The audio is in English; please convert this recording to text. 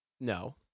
No